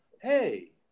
hey